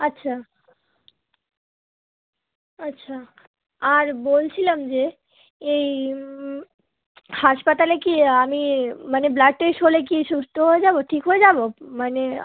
আচ্ছা আচ্ছা আর বলছিলাম যে এই হাসপাতালে কি আমি মানে ব্লাড টেস্ট হলে কি সুস্থ হয়ে যাবো ঠিক হয়ে যাবো মানে